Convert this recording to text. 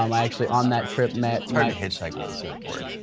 um i actually on that trip met it's hard to hitchhike with a surfboard.